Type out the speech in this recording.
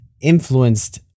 influenced